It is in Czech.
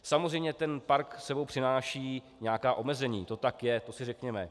Samozřejmě ten park s sebou přináší nějaká omezení, to tak je, to si řekněme.